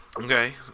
okay